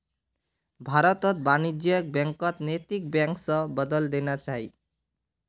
भारतत वाणिज्यिक बैंकक नैतिक बैंक स बदलइ देना चाहिए